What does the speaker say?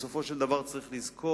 בסופו של דבר, צריך לזכור